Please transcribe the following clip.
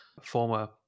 former